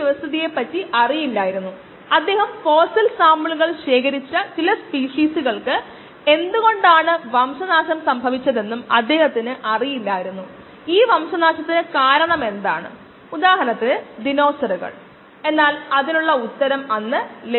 നമ്മൾ decimal reduction സമയം നേടി കുറച്ച് മിനിറ്റുകൾക്ക് മുമ്പ് നമ്മൾ അവലോകനം ചെയ്തു അതായത് D2